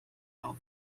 auf